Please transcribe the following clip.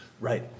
Right